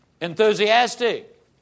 Enthusiastic